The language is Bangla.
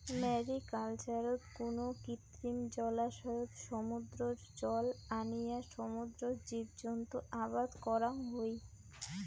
ম্যারিকালচারত কুনো কৃত্রিম জলাশয়ত সমুদ্রর জল আনিয়া সমুদ্রর জীবজন্তু আবাদ করাং হই